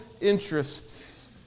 interests